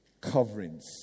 coverings